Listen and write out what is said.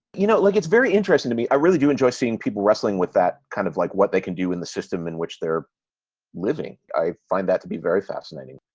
you know, look, it's very interesting to me. i really do enjoy seeing people wrestling with that kind of like what they can do in the system in which they're living. i find that to be very fascinating.